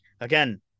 again